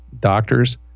doctors